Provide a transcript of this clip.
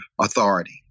authority